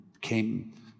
came